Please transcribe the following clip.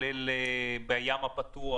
כלל בים הפתוח,